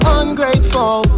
ungrateful